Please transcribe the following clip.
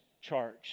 charge